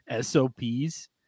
SOPs